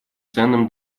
ценным